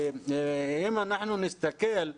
אם אנחנו נסתכל,